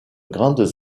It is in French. grandes